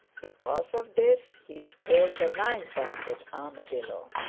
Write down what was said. because of this he is called the nine-banded armadillo.